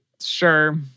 Sure